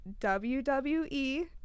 WWE